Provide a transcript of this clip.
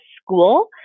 school